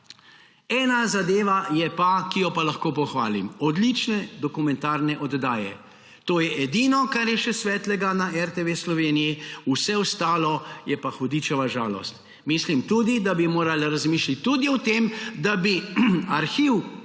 Ena zadeva pa je, ki jo pa lahko pohvalim – odlične dokumentarne oddaje. To je edino, kar je še svetlega na RTV Slovenija, vse ostalo je pa hudičeva žalost. Mislim tudi, da bi morala razmisliti tudi o tem, da bi arhiv